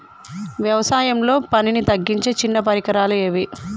వ్యవసాయంలో పనిని తగ్గించే చిన్న పరికరాలు ఏవి?